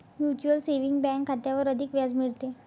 mutual saving bank खात्यावर अधिक व्याज मिळते